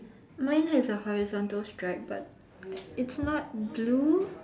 mine has a horizontal stripe but it's not blue